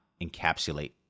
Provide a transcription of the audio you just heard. encapsulate